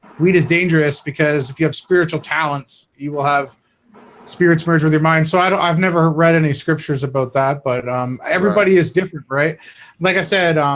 weed is dangerous because if you have spiritual talents you will have spirits merge with your mind. so and i've never read any scriptures about that, but everybody is different right like i said, um